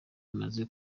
bimaze